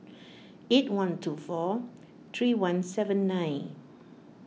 eight one two four three one seven nine